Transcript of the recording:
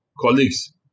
colleagues